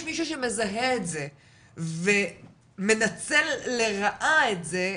מישהו שמזהה את זה ומנצל לרעה את זה,